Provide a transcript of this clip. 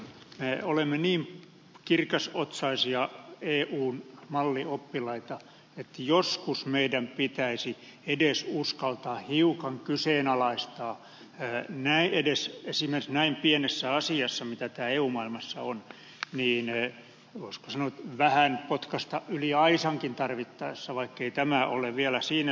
me olemme niin kirkasotsaisia eun mallioppilaita että joskus meidän pitäisi uskaltaa edes hiukan kyseenalaistaa esimerkiksi näin pienessä asiassa kuin tämä eu maailmassa on voisiko sanoa vähän potkaista yli aisankin tarvittaessa vaikkei tämä ole vielä siinä sarjassa